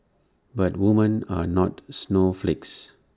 but women are not snowflakes